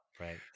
right